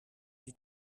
die